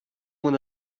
mon